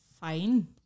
fine